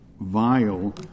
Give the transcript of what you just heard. vile